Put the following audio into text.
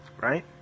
Right